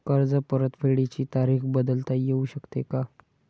कर्ज परतफेडीची तारीख बदलता येऊ शकते का?